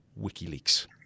WikiLeaks